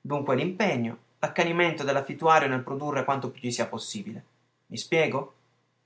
dunque l'impegno l'accanimento dell'affittuario nel produrre quanto più gli sia possibile mi spiego